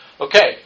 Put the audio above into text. Okay